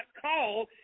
call